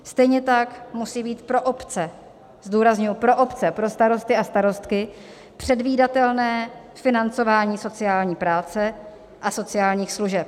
Stejně tak musí být pro obce, zdůrazňuji pro obce, pro starosty a starostky, předvídatelné financování sociální práce a sociálních služeb.